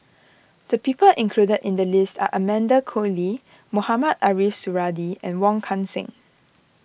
the people included in the list are Amanda Koe Lee Mohamed Ariff Suradi and Wong Kan Seng